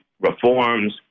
reforms